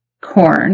corn